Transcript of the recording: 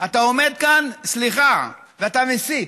אתה עומד כאן, סליחה, ואתה מסית.